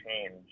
change